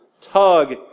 tug